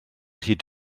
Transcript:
hyd